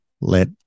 let